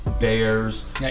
bears